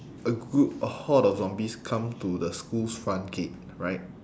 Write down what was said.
a group a horde of zombies come to the school's front gate right